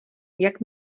jak